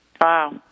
Wow